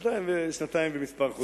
שנתיים וכמה חודשים.